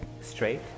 straight